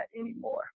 anymore